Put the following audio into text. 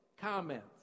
comments